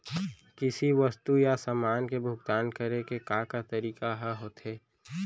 किसी वस्तु या समान के भुगतान करे के का का तरीका ह होथे?